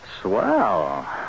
Swell